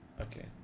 okay